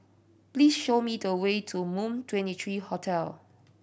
please show me the way to Moon Twenty three Hotel